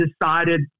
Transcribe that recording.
decided